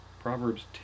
Proverbs